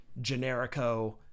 generico